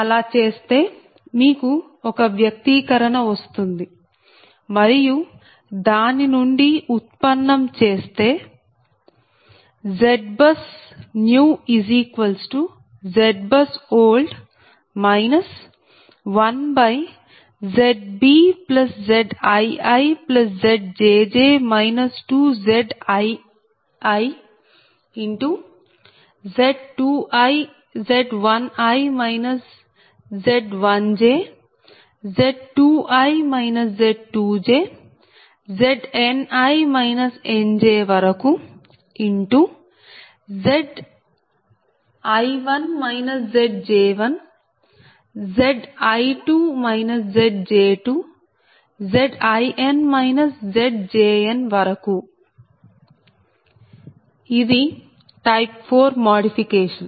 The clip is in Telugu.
అలా చేస్తే మీకు ఒక వ్యక్తీకరణ వస్తుంది మరియు దాని నుండి ఉత్పన్నం చేస్తే ZBUSNEWZBUSOLD 1ZbZiiZjj 2ZijZ1i Z1j Z2i Z2j Zni Znj Zi1 Zj1 Zi2 Zj2 Zin Zjn ఇది టైప్ 4 మాడిఫికేషన్